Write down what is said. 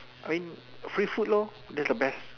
I mean free food lor that's the best